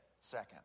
second